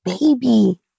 baby